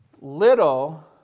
Little